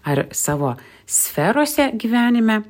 ar savo sferose gyvenime